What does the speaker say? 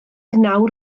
nawr